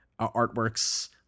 artworks